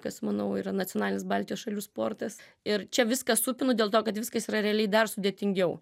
kas manau yra nacionalinis baltijos šalių sportas ir čia viską supinu dėl to kad viskas yra realiai dar sudėtingiau